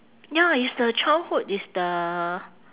ya it's the childhood it's the